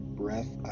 breath